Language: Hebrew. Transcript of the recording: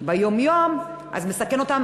ביום-יום מסכנת אותם,